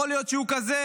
יכול להיות שהוא כזה.